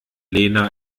lena